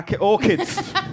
Orchids